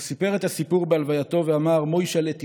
הוא סיפר את הסיפור בהלווייתו ואמר: מוישל'ה,